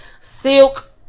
Silk